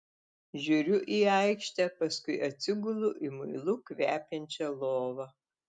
žiūriu į aikštę paskui atsigulu į muilu kvepiančią lovą